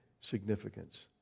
significance